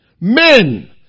Men